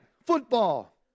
football